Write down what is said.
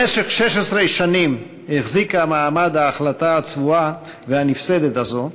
במשך 16 שנים החזיקה מעמד ההחלטה הצבועה והנפסדת הזו,